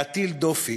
להטיל דופי,